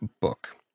book